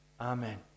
Amen